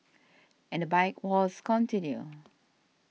and the bike wars continue